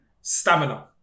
stamina